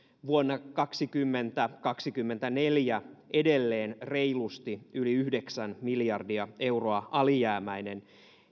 vuonna kaksikymmentä viiva kaksikymmentäneljä edelleen reilusti yli yhdeksän miljardia euroa alijäämäinen